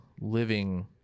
living